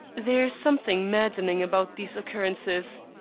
there is something maddening about these occurrences.